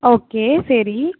okay சரி